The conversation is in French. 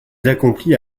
accomplit